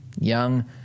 Young